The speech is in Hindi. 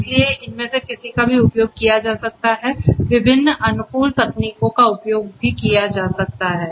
इसलिए इनमें से किसी का भी उपयोग किया जा सकता है विभिन्न अनुकूलन तकनीकों का उपयोग किया जा सकता है